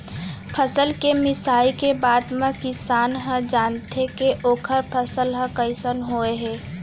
फसल के मिसाई के बादे म किसान ह जानथे के ओखर फसल ह कइसन होय हे